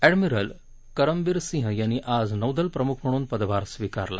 admiral Karambir Singh यांनी आज नौदल प्रमुख म्हणून पदभार स्विकारला